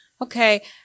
Okay